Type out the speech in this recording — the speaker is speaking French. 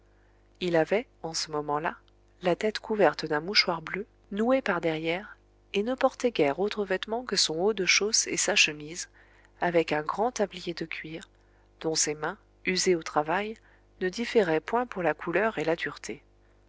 il avait en ce moment-là la tête couverte d'un mouchoir bleu noué par derrière et ne portait guère autre vêtement que son haut de chausse et sa chemise avec un grand tablier de cuir dont ses mains usées au travail ne différaient point pour la couleur et la dureté